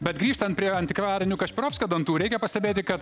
bet grįžtant prie antikvarinių kašpirovskio dantų reikia pastebėti kad